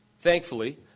thankfully